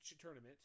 tournament